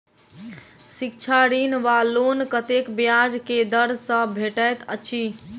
शिक्षा ऋण वा लोन कतेक ब्याज केँ दर सँ भेटैत अछि?